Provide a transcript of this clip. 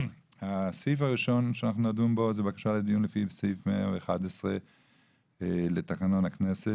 הסעיף הראשון שאנחנו נדון בו זה בקשה לדיון לפי סעיף 111 לתקנון הכנסת